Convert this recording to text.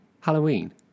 halloween